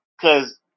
Cause